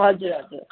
हजुर हजुर